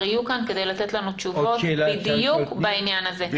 יהיו כאן כדי לתת לנו תשובות בדיוק בעניין הזה.